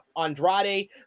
Andrade